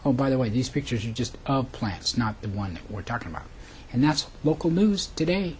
oh by the way these pictures are just of plants not the one we're talking about and that's local lose today